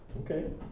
Okay